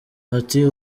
ati